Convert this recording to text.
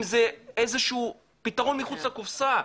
אם זה איזה שהוא פתרון מחוץ לקופסה.